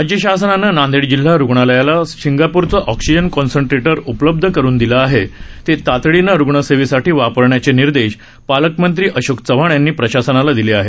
राज्य शासनानं नांदेड जिल्हा रूग्णालयाला सिंगाप्रचे ऑक्सिजन कॉन्स्ट्रेंटर उपलब्ध करून दिले आहेत ते तातडीनं रूग्णसेवेसाठी वापरण्याचे निर्देश पालकमंत्री अशोक चव्हाण यांनी प्रशासनाला दिले आहेत